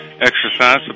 exercise